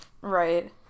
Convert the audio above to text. right